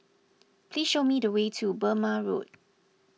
please show me the way to Burmah Road